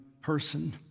person